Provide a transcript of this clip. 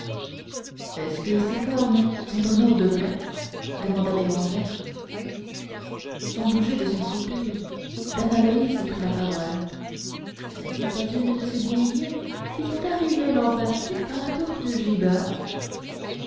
est-ce que ses cornes sont en or de vrai demanda bérangère sans bouger de son fauteuil dame aloïse prit la parole n'est-ce pas une de ces bohémiennes qui sont arrivées l'an passé par la porte gibard